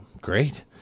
Great